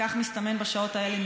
כך מסתמן בשעות האלה,